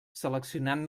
seleccionant